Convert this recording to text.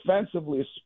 defensively